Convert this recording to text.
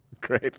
Great